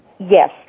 Yes